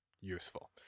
useful